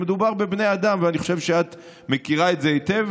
מדובר בבני אדם, ואני חושב שאת מכירה את זה היטב.